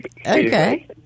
Okay